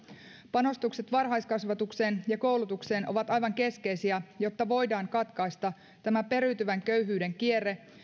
panostukset varhaiskasvatukseen ja koulutukseen ovat aivan keskeisiä jotta voidaan katkaista tämä periytyvän köyhyyden kierre